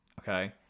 okay